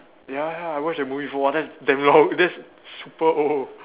ya ya I watch that movie before that's damn long that's super old